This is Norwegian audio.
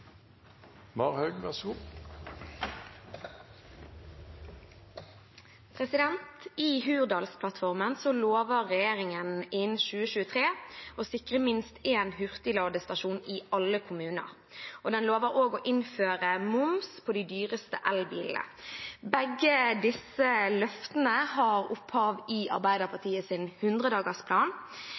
Hurdalsplattformen lover regjeringen innen 2023 å sikre minst én hurtigladestasjon i alle kommuner. Den lover også å innføre moms på de dyreste elbilene. Begge løfter har opphav i